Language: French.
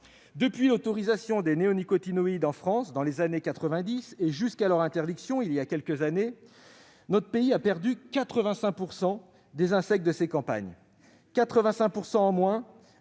Depuis l'autorisation des néonicotinoïdes en France dans les années 1990 et jusqu'à leur interdiction il y a quelques années, notre pays a perdu 85 % des insectes de ses campagnes- une